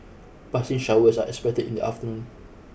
passing showers are expected in the afternoon